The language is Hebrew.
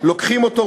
לוקחים אותו,